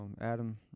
Adam